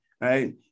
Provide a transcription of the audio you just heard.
right